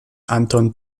anton